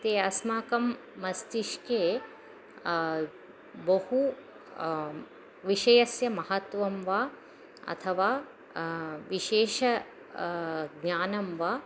ते अस्माकं मस्तिष्के बहु विषयस्य महत्त्वं वा अथवा विशेष ज्ञानं वा